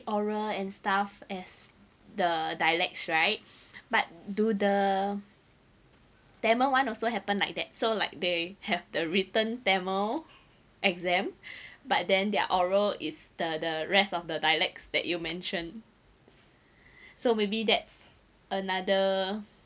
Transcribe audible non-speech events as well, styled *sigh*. oral and stuff as the dialects right *breath* but do the tamil one also happened like that so like they have the written tamil exam *breath* but then their oral is the the rest of the dialects that you mention *breath* so maybe that's another